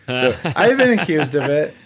i have been accused of it,